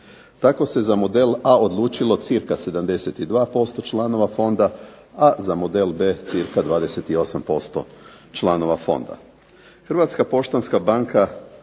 Tako se za "model A" odlučilo cca 72% članova fonda, a za "model B" cca 28% članova fonda.